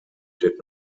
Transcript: did